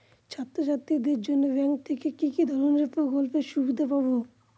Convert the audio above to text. ছাত্রছাত্রীদের জন্য ব্যাঙ্ক থেকে কি ধরণের প্রকল্পের সুবিধে পাবো?